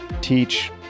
teach